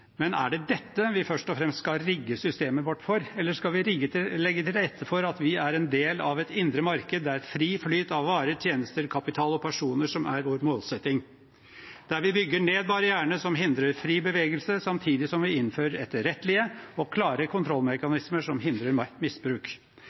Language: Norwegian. Men er det dette vi først og fremst skal rigge systemet vårt for? Eller skal vi legge til rette for at vi er en del av et indre marked der fri flyt av varer og tjenester, kapital og personer er vår målsetting, der vi bygger ned barrierene som hindrer fri bevegelse samtidig som vi innfører etterrettelige og klare